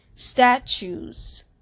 statues